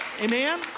Amen